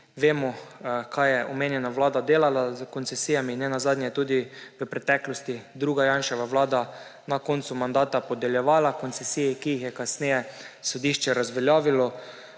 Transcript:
Vemo, kaj je aktualna vlada delala s koncesijami. Nenazadnje je tudi v preteklosti druga Janševa vlada na koncu mandata podeljevala koncesije, ki jih je kasneje sodišče razveljavilo.